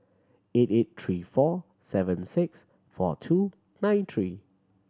eight eight three four seven six four two nine three